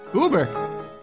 Uber